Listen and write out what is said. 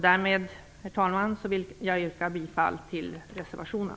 Därmed, herr talman, yrkar jag bifall till reservationen.